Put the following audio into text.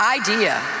idea